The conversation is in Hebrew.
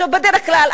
בדרך כלל,